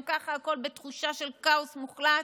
גם ככה הכול בתחושה של כאוס מוחלט.